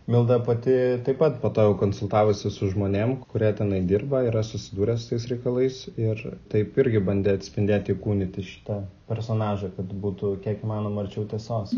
milda pati taip pat po to jau konsultavosi su žmonėm kurie tenai dirba yra susidūrę su tais reikalais ir taip irgi bandė atspindėti įkūnyti šitą personažą kad būtų kiek įmanoma arčiau tiesos